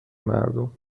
مردم